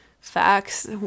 Facts